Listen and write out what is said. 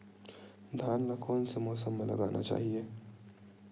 धान ल कोन से मौसम म लगाना चहिए?